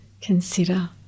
consider